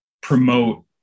promote